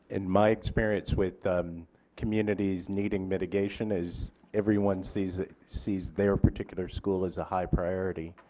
in my experience with the communities needing mitigation is everyone sees sees their particular school as a high priority.